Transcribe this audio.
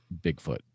Bigfoot